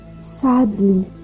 sadly